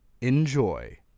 enjoy